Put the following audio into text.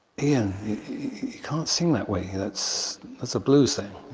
and can't sing that way, that's that's a blues thing,